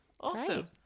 Awesome